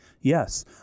Yes